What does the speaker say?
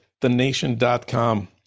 thenation.com